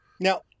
Now